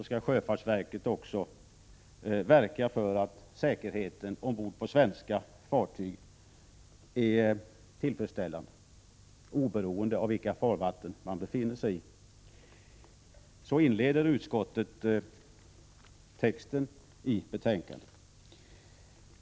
Sjöfartsverket skall även verka för att säkerheten ombord på svenska fartyg är tillfredsställande oberoende av vilket farvatten man befinner sig i. Detta tar utskottet upp i inledningen till betänkandet.